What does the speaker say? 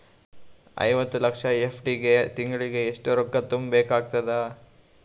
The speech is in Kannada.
ಐವತ್ತು ಲಕ್ಷ ಎಫ್.ಡಿ ಗೆ ತಿಂಗಳಿಗೆ ಎಷ್ಟು ರೊಕ್ಕ ತುಂಬಾ ಬೇಕಾಗತದ?